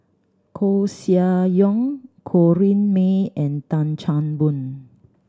Koeh Sia Yong Corrinne May and Tan Chan Boon